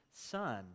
son